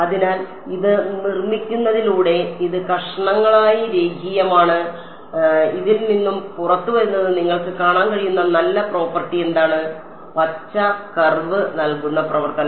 അതിനാൽ ഇത് നിർമ്മിക്കുന്നതിലൂടെ ഇത് കഷണങ്ങളായി രേഖീയമാണ് ഇതിൽ നിന്ന് പുറത്തുവരുന്നത് നിങ്ങൾക്ക് കാണാൻ കഴിയുന്ന നല്ല പ്രോപ്പർട്ടി എന്താണ് പച്ച കർവ് നൽകുന്ന പ്രവർത്തനം